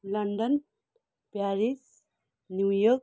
London Paris New York